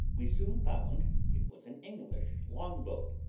we soon found it was an english long-boat,